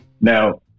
Now